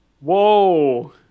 Whoa